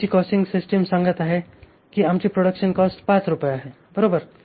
आधीची costing system सांगत आहे की आमची प्रोडक्शन कॉस्ट 5 रुपये आहे बरोबर